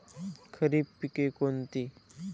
खरीप पिके कोणती?